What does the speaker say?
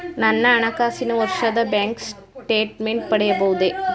ನನ್ನ ಹಣಕಾಸಿನ ವರ್ಷದ ಬ್ಯಾಂಕ್ ಸ್ಟೇಟ್ಮೆಂಟ್ ಪಡೆಯಬಹುದೇ?